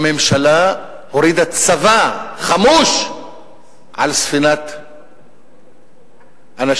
הממשלה הורידה צבא חמוש על ספינת אנשים